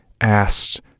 asked